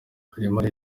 kalima